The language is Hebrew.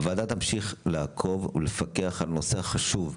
הוועדה תמשיך לעקוב ולפקח על הנושא החשוב.